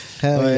hell